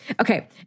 Okay